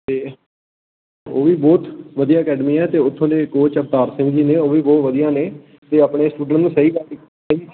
ਅਤੇ ਉਹ ਵੀ ਬਹੁਤ ਵਧੀਆ ਅਕੈਡਮੀ ਹੈ ਅਤੇ ਉੱਥੋਂ ਦੇ ਕੋਚ ਅਵਤਾਰ ਸਿੰਘ ਜੀ ਨੇ ਉਹ ਵੀ ਬਹੁਤ ਵਧੀਆ ਨੇ ਅਤੇ ਆਪਣੇ ਸਟੂਡੈਂਟ ਨੂੰ ਸਹੀ